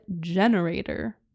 generator